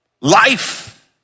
life